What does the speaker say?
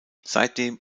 seitdem